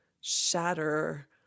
shatter